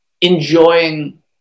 enjoying